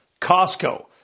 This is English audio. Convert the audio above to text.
Costco